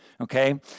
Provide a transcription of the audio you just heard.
Okay